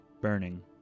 burning